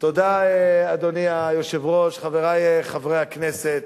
אדוני היושב-ראש, תודה, חברי חברי הכנסת,